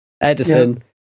Edison